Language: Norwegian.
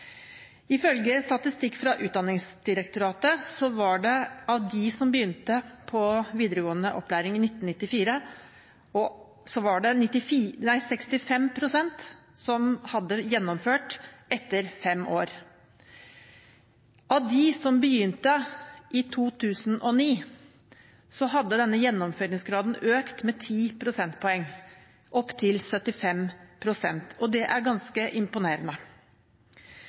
Ifølge statistikk fra Utdanningsdirektoratet var det av de som begynte på videregående opplæring i 1994, 65 pst. som hadde gjennomført etter fem år. Av de som begynte i 2009, hadde denne gjennomføringsgraden økt med ti prosentpoeng, opp til 75 pst., og det er ganske imponerende.